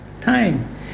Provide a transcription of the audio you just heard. time